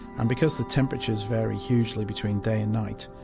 and because the temperatures vary hugely between day and night,